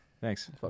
Thanks